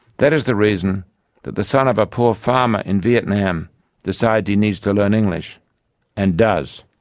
that is the reason that the son of a poor farmer in vietnam decides he needs to learn english and does,